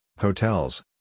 hotels